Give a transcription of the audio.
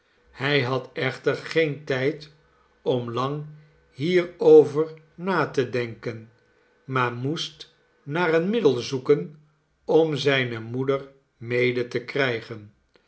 hij had echter geen tijd om lang hierover na te denken maar moest naar een middel zoeken om zijne moeder mede tekrijgen